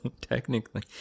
technically